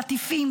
חטיפים,